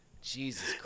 Jesus